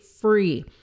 free